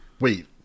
Wait